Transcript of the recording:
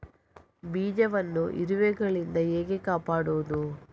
ಬೀಜವನ್ನು ಇರುವೆಗಳಿಂದ ಹೇಗೆ ಕಾಪಾಡುವುದು?